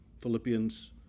Philippians